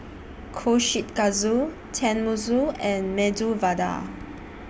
Kushikatsu Tenmusu and Medu Vada